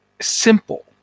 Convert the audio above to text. simple